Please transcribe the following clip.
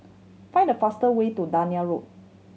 find the faster way to Dunearn Road